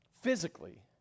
physically